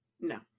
no